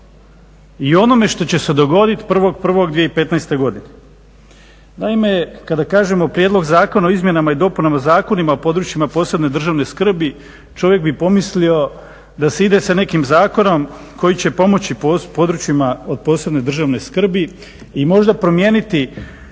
i onome što će se dogoditi 1.1.2015. godine. Naime, kada kažemo Prijedlog zakona o Izmjenama i dopunama Zakona o područjima od posebne državne skrbi čovjek bi pomislio da se ide sa nekim zakonom koji će pomoći područjima od posebne državne skrbi i možda promijeniti